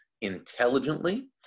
intelligently